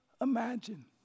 imagine